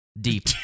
deep